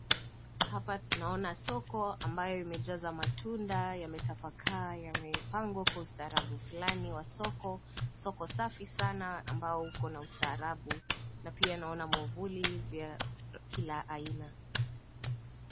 Hapa tunaona soko ambayo imejaza matunda yametapakaa, yamepangwa kwa ustaarabu flani wa soko. Soko safi sana ambao kuna ustaarabu na pia naona mwavuli ya kila aina.